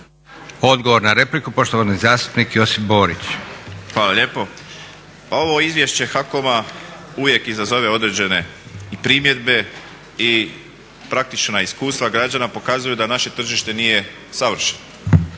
Odgovor na repliku poštovani zastupnik Josip Borić. **Borić, Josip (HDZ)** Hvala lijepo. Pa ovo izvješće HAKOM-a uvijek izazove određene i primjedbe i praktična iskustva građana pokazuju da naše tržište nije savršeno.